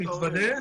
מתוודה,